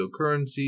cryptocurrency